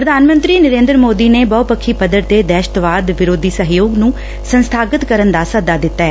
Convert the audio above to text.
ਪ੍ਰਧਾਨ ਮੰਤਰੀ ਨਰੇਂਦਰ ਮੋਦੀ ਨੇ ਬਹੁੱਪਖੀ ਪੱਧਰ ਤੇ ਦਹਿਸ਼ਤਵਾਦ ਵਿਰੋਧੀ ਸਹਿਯੋਗ ਨੁੰ ਸੰਸਬਾਗਤ ਕਰਨ ਦਾ ਸੱਦਾ ਦਿੱਤੈ